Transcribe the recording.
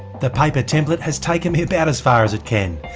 the paper template has taken me about as far as it can,